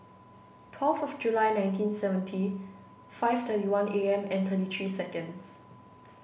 twelve of July nineteen seventy five thirty one A M and thirty three seconds